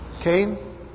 Cain